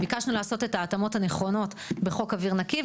ביקשנו לעשות את ההתאמות הנכונות בחוק אוויר נקי,